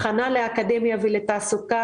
הכנה לאקדמיה ולתעסוקה.